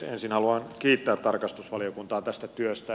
ensin haluan kiittää tarkastusvaliokuntaa tästä työstä